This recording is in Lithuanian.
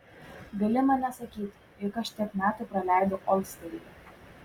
gali man nesakyti juk aš tiek metų praleidau olsteryje